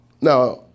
now